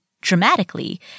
dramatically